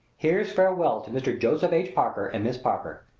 here's farewell to mr. joseph h. parker and miss parker.